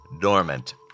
dormant